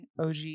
og